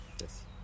yes